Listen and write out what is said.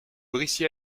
brissy